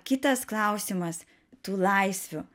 kitas klausimas tų laisvių